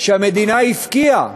שהמדינה הפקיעה,